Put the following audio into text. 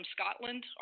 Scotland